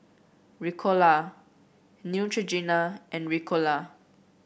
Ricola Neutrogena and Ricola